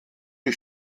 die